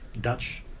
Dutch